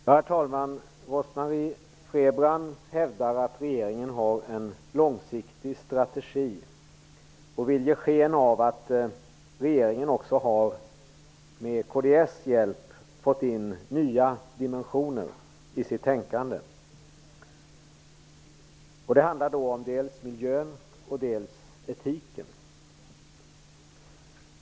Herr talman! Rose-Marie Frebran hävdar att regeringen har en långsiktig strategi. Hon vill ge sken av att regeringen med kds hjälp har fått in nya dimensioner i sitt tänkande. Det handlar om dels miljön, dels etiken.